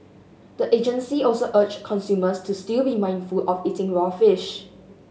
the agency also urged consumers to still be mindful of eating raw fish